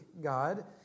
God